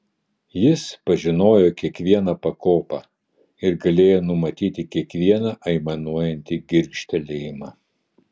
jis pažinojo kiekvieną pakopą ir galėjo numatyti kiekvieną aimanuojantį girgžtelėjimą